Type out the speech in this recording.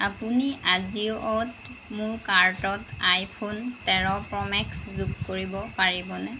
আপুনি আজিঅ'ত মোৰ কাৰ্টত আইফোন তেৰ প্ৰ' মেক্স যোগ কৰিব পাৰিবনে